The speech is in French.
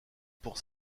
pour